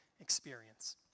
experience